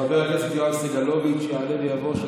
חבר הכנסת יואב סגלוביץ' יעלה ויבוא.